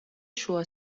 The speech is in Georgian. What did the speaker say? შუა